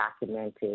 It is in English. documented